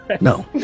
No